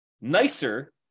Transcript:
nicer